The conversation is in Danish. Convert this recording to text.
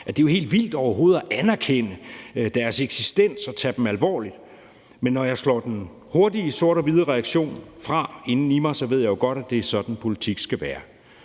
det jo er helt vildt overhovedet at anerkende deres eksistens og tage dem alvorligt. Men når jeg slår den hurtige sort-hvide reaktion fra inden i mig, ved jeg jo godt, at det er sådan, politik skal være.